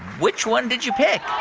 which one did you pick?